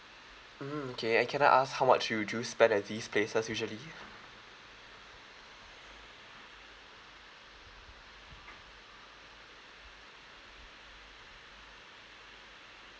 mm okay and can I ask how much would you spend at these places usually